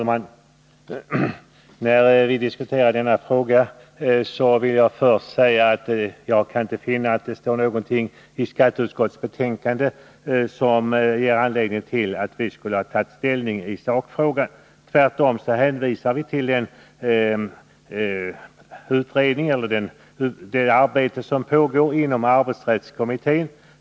Herr talman! I diskussionen om denna fråga vill jag först säga att jag inte kan finna att det står någonting i skatteutskottets betänkande som ger belägg för att vi skulle ha tagit ställning i sakfrågan. Tvärtom hänvisar vi till det arbete som pågår inom arbetsrättskommittén.